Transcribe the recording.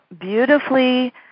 beautifully